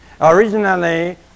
Originally